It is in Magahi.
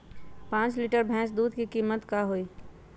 पाँच लीटर भेस दूध के कीमत का होई?